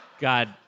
God